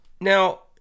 Now